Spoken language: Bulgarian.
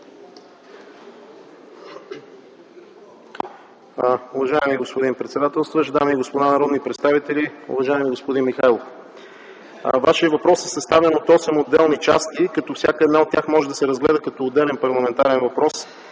Уважаеми господин председател, дами и господа народни представители! Уважаеми господин Михайлов, Вашият въпрос е съставен от осем отделни части, като всяка една от тях може да се разгледа като отделен парламентарен въпрос.